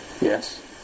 Yes